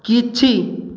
କିଛି